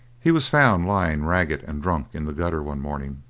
he was found lying, ragged and drunk, in the gutter one morning.